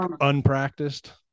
unpracticed